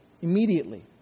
immediately